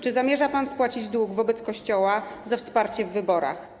Czy zamierza pan spłacić dług wobec Kościoła za wsparcie w wyborach?